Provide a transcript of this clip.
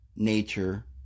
Nature